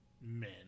Men